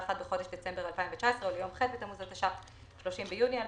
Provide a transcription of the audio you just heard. בחודש דצמבר 2019) או ליום ח' בתמוז התש"ף (30 ביוני 2020),